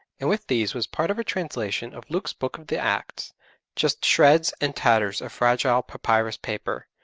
and with these was part of a translation of luke's book of the acts just shreds and tatters of fragile papyrus paper,